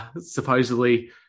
supposedly